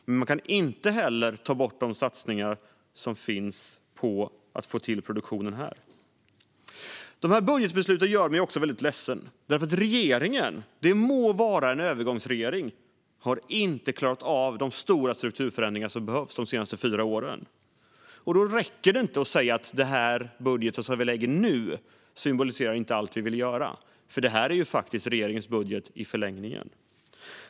Men man kan inte heller ta bort de satsningar som finns på att få till produktionen här. De här budgetbesluten gör mig också väldigt ledsen därför att regeringen - det må vara en övergångsregering nu - inte har klarat av de stora strukturförändringar som behövts de senaste fyra åren. Då räcker det inte att säga att den budget som man lägger fram nu inte symboliserar allt man vill göra. Det här är ju faktiskt regeringens budget i förlängningen.